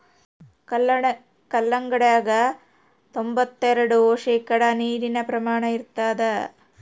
ಕಲ್ಲಂಗಡ್ಯಾಗ ತೊಂಬತ್ತೆರೆಡು ಶೇಕಡಾ ನೀರಿನ ಪ್ರಮಾಣ ಇರತಾದ